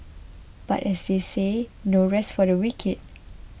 but as they say no rest for the wicked